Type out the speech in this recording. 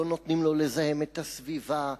לא נותנים לו לזהם את הסביבה.